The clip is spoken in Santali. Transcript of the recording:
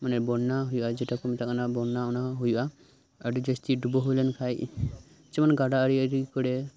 ᱢᱟᱱᱮ ᱵᱚᱱᱱᱟ ᱦᱳᱭᱳᱜᱼᱟ ᱡᱮᱴᱟ ᱠᱚ ᱢᱮᱛᱟᱜ ᱠᱟᱱ ᱵᱚᱱᱱᱟ ᱚᱱᱟ ᱦᱚᱸ ᱦᱳᱭᱳᱜᱼᱟ ᱟᱰᱤ ᱡᱟᱥᱛᱤ ᱰᱩᱵᱟᱹᱣ ᱦᱳᱭ ᱞᱮᱱ ᱠᱷᱟᱱ ᱡᱮᱢᱚᱱ ᱜᱟᱰᱟ ᱟᱲᱮ ᱟᱲᱮ ᱠᱚᱨᱮ